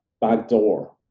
backdoor